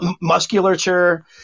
Musculature